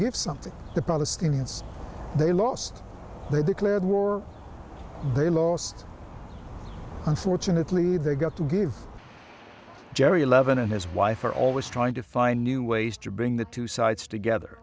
give something the palestinians they lost they declared war they lost unfortunately they got to give gerry levin and his wife are always trying to find new ways to bring the two sides together